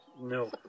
No